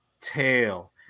tail